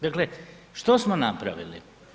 Dakle, što smo napravili?